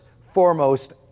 foremost